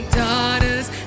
daughters